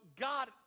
God